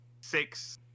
six